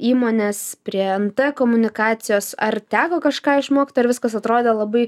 įmonės prie nt komunikacijos ar teko kažką išmokt ar viskas atrodė labai